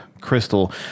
crystal